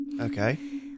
okay